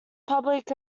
public